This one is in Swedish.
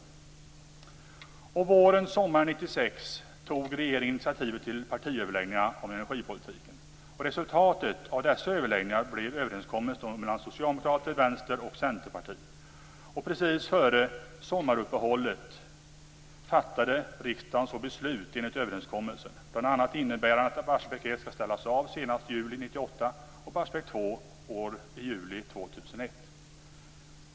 På våren och sommaren 1996 tog regeringen initiativet till partiöverläggningarna om energipolitiken. Resultatet av dessa överläggningar blev överenskommelsen mellan Socialdemokraterna, Vänsterpartiet och Centerpartiet. Precis före sommaruppehållet fattade riksdagen ett beslut enligt överenskommelsen. Det innebar bl.a. att Barsebäck 1 skall ställas av senast i juli 1998, och Barsebäck 2 i juli 2001.